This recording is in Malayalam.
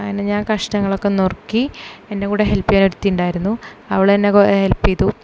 അങ്ങനെ ഞാൻ കഷ്ണങ്ങളൊക്കെ നുറുക്കി എൻ്റെ കൂടെ ഹെല്പ് ചെയ്യാൻ ഒരുത്തി ഉണ്ടായിരുന്നു അവളെന്നെ ഹെല്പ് ചെയ്തു